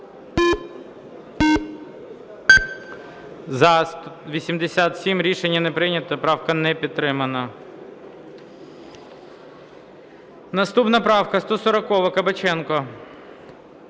За-87 Рішення не прийнято. Правка не підтримана. Наступна правка 140, Кабаченко.